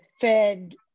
fed